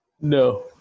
No